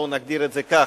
בוא נגדיר את זה כך.